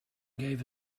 gave